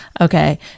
Okay